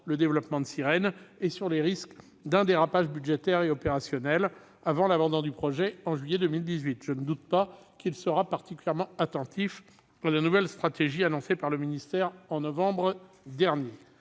le développement du projet Sirhen et sur les risques d'un dérapage budgétaire et opérationnel, avant l'abandon du projet en juillet 2018. Je ne doute pas qu'il sera singulièrement attentif à la nouvelle stratégie annoncée par le ministère en novembre dernier.